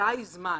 די זמן,